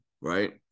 right